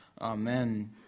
Amen